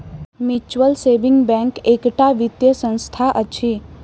mutual saving bank एकटा वित्तीय संस्था अछि